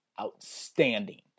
outstanding